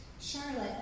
Charlotte